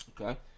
Okay